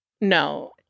no